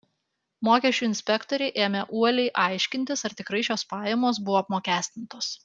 mokesčių inspektoriai ėmė uoliai aiškintis ar tikrai šios pajamos buvo apmokestintos